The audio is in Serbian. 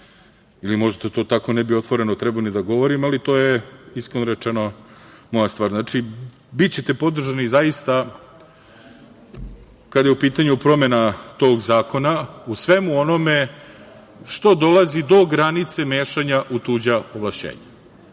ili možda to tako otvoreno ne bi trebalo da govorim, ali to je iskreno rečeno, moja stvar. Bićete podržani zaista, kada je u pitanju promena tog zakona, u svemu onom što dolazi do granice mešanja u tuđa ovlašćenja.